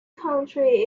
country